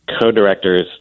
co-directors